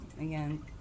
again